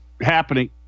happening